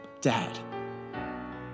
Dad